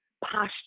posture